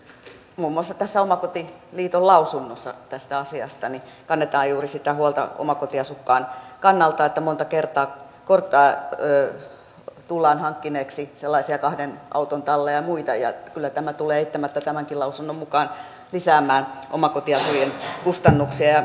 muun muassa tässä omakotiliiton lausunnossa tästä asiasta kannetaan juuri sitä huolta omakotiasukkaan kannalta että kun monta kertaa tullaan hankkineeksi sellaisia kahden auton talleja ja muita niin kyllä tämä tulee eittämättä tämänkin lausunnon mukaan lisäämään omakotiasujien kustannuksia